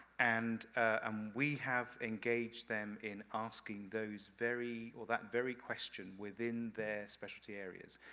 and um we have engaged them in asking those very or that very question, within their specialty areas.